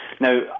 Now